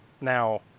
now